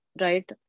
right